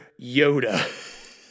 Yoda